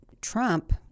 Trump